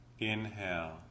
Inhale